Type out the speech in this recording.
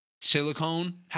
Silicone